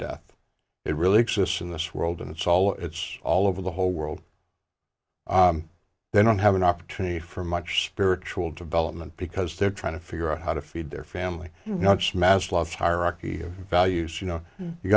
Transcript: death it really exists in this world and it's all it's all over the whole world they don't have an opportunity for much spiritual development because they're trying to figure out how to feed their family you know it's massless hierarchy of values you know you